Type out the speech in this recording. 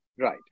Right